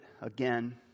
again